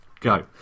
go